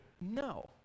No